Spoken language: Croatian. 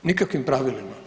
Nikakvim pravilima.